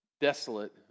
desolate